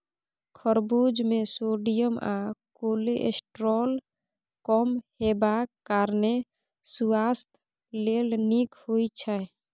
खरबुज मे सोडियम आ कोलेस्ट्रॉल कम हेबाक कारणेँ सुआस्थ लेल नीक होइ छै